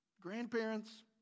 Grandparents